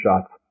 shots